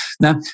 Now